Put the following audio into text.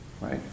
right